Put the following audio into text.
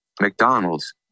McDonald's